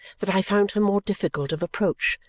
that i found her more difficult of approach,